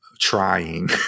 trying